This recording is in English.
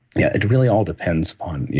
yeah. it really all depends on, yeah